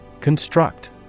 Construct